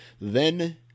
then-